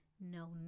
No